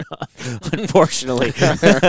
unfortunately